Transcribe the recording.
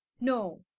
no